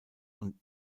und